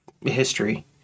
History